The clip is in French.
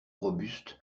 robuste